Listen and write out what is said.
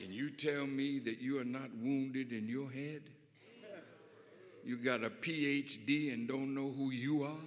can you tell me that you are not wounded in your head you got a ph d and don't know who you are